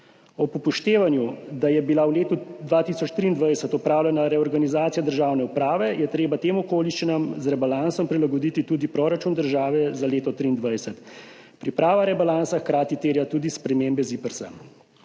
Ob upoštevanju, da je bila v letu 2023 opravljena reorganizacija državne uprave, je treba tem okoliščinam z rebalansom prilagoditi tudi proračun države za leto 2023. Priprava rebalansa hkrati terja tudi spremembe ZIPRS.